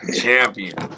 champion